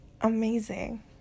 amazing